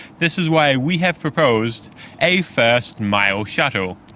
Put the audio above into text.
this is why we have proposed a first-mile shuttle,